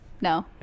no